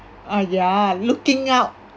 !aiya! looking out